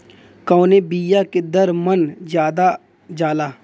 कवने बिया के दर मन ज्यादा जाला?